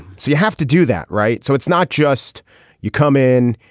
so you have to do that right. so it's not just you come in.